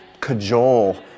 cajole